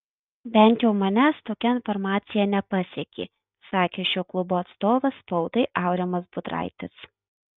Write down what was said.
bent jau manęs tokia informacija nepasiekė sakė šio klubo atstovas spaudai aurimas budraitis